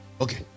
okay